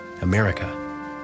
america